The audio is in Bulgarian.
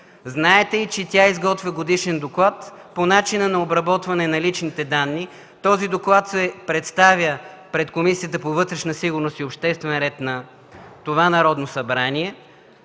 Знаете, че тя изготвя годишен доклад по начина на обработване на личните данни. Този доклад се представя пред Комисията по вътрешна сигурност и обществен ред на това Народно събрание.